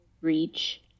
Reach